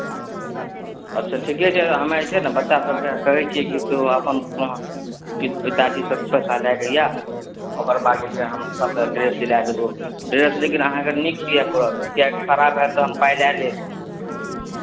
अच्छा ठीके छै हम्मे जे छै ने बच्चा सभके कहै छियै कि से अपन तो पि पिताजीसँ पैसा लए कऽ आ ओकर बाद जे छै हम सभकेँ ड्रेस सिला देबहु ड्रेस लेकिन अहाँकेँ नीक सीअय पड़त किएकि खराब हैत तऽ हम पाइ लए लेब